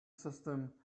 system